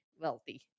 wealthy